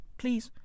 please